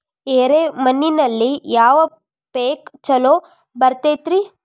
ಎರೆ ಮಣ್ಣಿನಲ್ಲಿ ಯಾವ ಪೇಕ್ ಛಲೋ ಬರತೈತ್ರಿ?